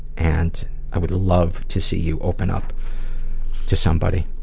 and i would love to see you open up to somebody,